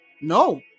No